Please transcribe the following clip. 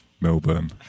melbourne